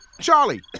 Charlie